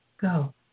go